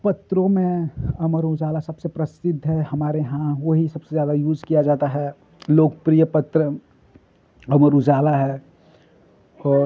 पत्रों में अमर उज़ाला सबसे प्रसिद्ध है हमारे यहाँ वही सबसे ज़्यादा यूज़ किया जाता है लोकप्रिय पत्र अमर उज़ाला है और